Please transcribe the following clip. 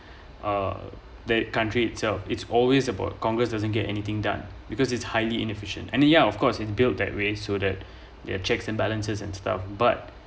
uh the country itself it's always about congress doesn't get anything done because it's highly inefficient and yeah of course it built that way so that you have checks and balances and stuff but